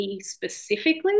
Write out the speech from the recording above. specifically